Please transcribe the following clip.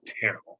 terrible